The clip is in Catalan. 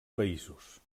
països